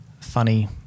funny